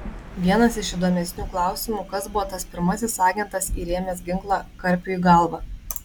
vienas iš įdomesnių klausimų kas buvo tas pirmasis agentas įrėmęs ginklą karpiui į galvą